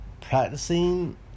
practicing